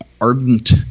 ardent